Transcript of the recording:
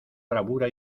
bravura